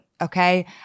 okay